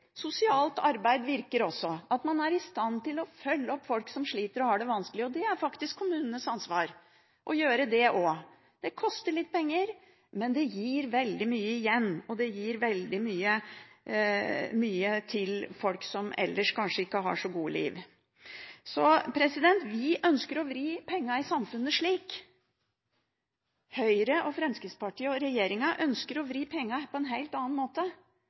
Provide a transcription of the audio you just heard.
Sosialt arbeid virker også, at man er i stand til å følge opp folk som sliter og har det vanskelig, og det er faktisk kommunenes ansvar å gjøre det også. Det koster litt penger, men det gir veldig mye igjen, og det gir veldig mye til folk som ellers kanskje ikke har så gode liv. Vi ønsker å vri pengene i samfunnet slik. Høyre, Fremskrittspartiet og regjeringen ønsker å vri pengene på en helt annen måte.